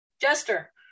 Jester